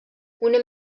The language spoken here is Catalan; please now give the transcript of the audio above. una